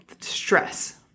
Stress